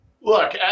Look